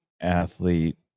athlete